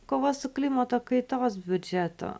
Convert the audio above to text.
kovos su klimato kaitos biudžeto